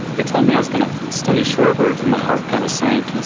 they told me i was going to study shorebirds and my heart kind of sank. i was